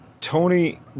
Tony